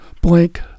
blank